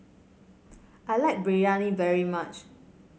I like Biryani very much